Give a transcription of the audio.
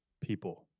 people